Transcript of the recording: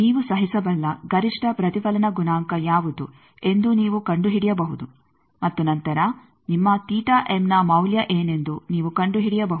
ನೀವು ಸಹಿಸಬಲ್ಲ ಗರಿಷ್ಠ ಪ್ರತಿಫಲನ ಗುಣಾಂಕ ಯಾವುದು ಎಂದು ನೀವು ಕಂಡುಹಿಡಿಯಬಹುದು ಮತ್ತು ನಂತರ ನಿಮ್ಮ ನ ಮೌಲ್ಯ ಏನೆಂದು ನೀವು ಕಂಡುಹಿಡಿಯಬಹುದು